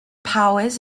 powers